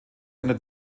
einer